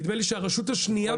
נדמה שהרשות השנייה בעצמה --- יכול